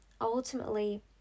ultimately